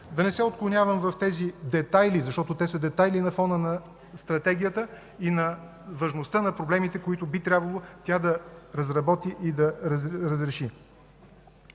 да не се отклонявам в тези детайли, защото те са детайли на фона на стратегията и на важността на проблемите, които би трябвало тя да разработи и разреши.